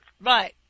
right